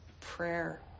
prayer